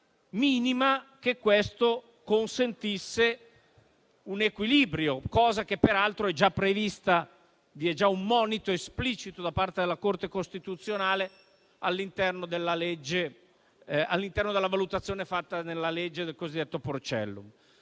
minima affinché questo consentisse un equilibrio, cosa che peraltro è già prevista perché vi è già un monito esplicito da parte della Corte costituzionale all'interno della valutazione fatta nella legge del cosiddetto Porcellum.